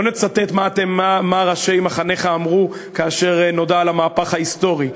לא נצטט מה ראשי מחניך אמרו כאשר נודע על המהפך ההיסטורי.